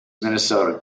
minnesota